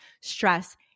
stress